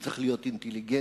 הוא צריך להיות אינטליגנטי,